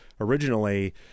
originally